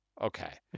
okay